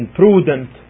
prudent